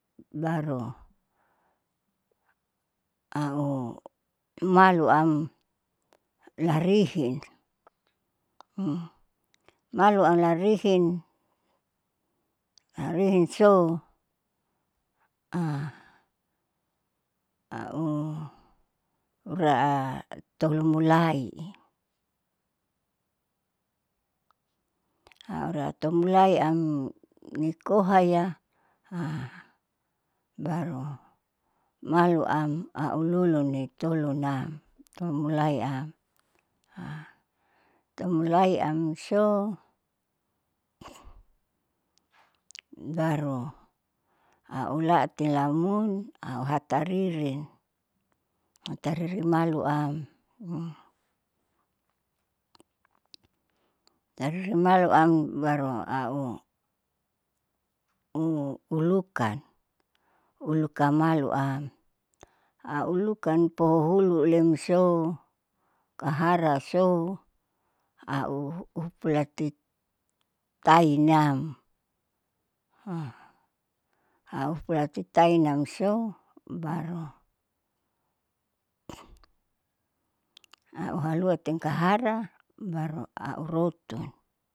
Baru, aumaluam laharihin maluam larihin larihinso au ura'a tolomula'ih. haratolomula'i am nikohaya baru malu am aululuni tolonam, tolomulaiam tolomulaiam so baru aulati lahumun auhataririn hataririn malu am. hataririn malu am baru au ulukan, ulukan malu am aulukan po hululiamso kaharaso au upulati tainam ahupulati tainamso baru auhaluanten kahara baru aurotun.